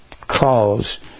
cause